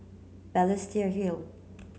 Balestier Hill